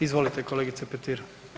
Izvolite kolegice Petir.